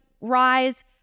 rise